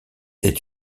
est